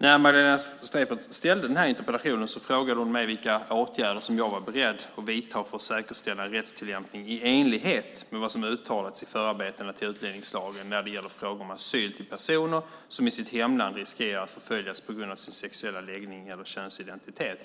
När Magdalena Streijffert framställde interpellationen frågade hon mig vilka åtgärder jag är beredd att vidta för att säkerställa en rättstilllämpning i enlighet med vad som uttalats i förarbetena till utlänningslagen när det gäller frågor om asyl till personer som i sitt hemland riskerar att förföljas på grund av sin sexuella läggning eller könsidentitet.